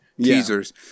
teasers